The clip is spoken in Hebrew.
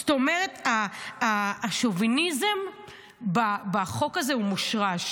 זאת אומרת שהשוביניזם בחוק הזה הוא מושרש.